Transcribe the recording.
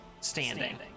standing